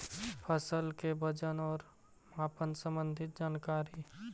फसल के वजन और मापन संबंधी जनकारी?